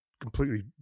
completely